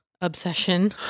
obsession